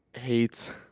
Hates